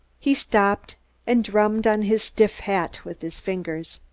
he stopped and drummed on his stiff hat with his fingers.